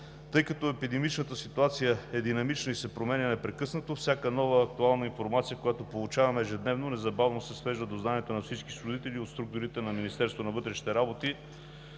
Тъй като епидемичната ситуация е динамична и се променя непрекъснато, всяка нова актуална информация, която получаваме ежедневно, незабавно се свежда до знанието на всички служители от структурите на МВР по електронен път.